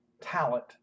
talent